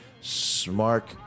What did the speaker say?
Smart